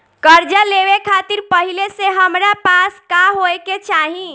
कर्जा लेवे खातिर पहिले से हमरा पास का होए के चाही?